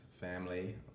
family